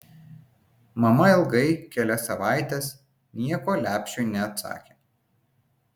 mama ilgai kelias savaites nieko lepšiui neatsakė